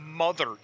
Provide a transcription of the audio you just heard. mother